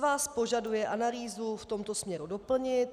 Svaz požaduje analýzu v tomto směru doplnit.